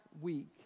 week